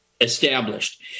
established